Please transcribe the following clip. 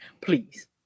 Please